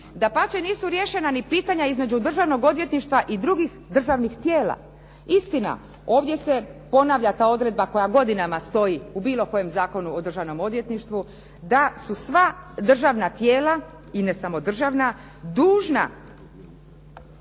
Dapače, nisu riješena ni pitanja između državnog odvjetništva i drugih državnih tijela. Istina, ovdje se ponavlja ta odredba koja godinama stoji u bilo kojem zakonu o državnom odvjetništvu da su sva državna tijela i ne samo državna dužna podnositi